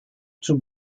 zum